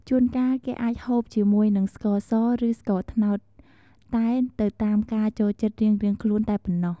ជូនកាលគេអាចហូបជាមួយនឹងស្ករសឬស្ករត្នោតតែទៅតាមការចូលចិត្តរៀងៗខ្លួនតែប៉ុណ្ណោះ។